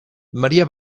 maria